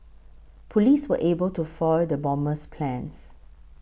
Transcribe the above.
police were able to foil the bomber's plans